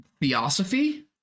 theosophy